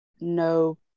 no